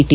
T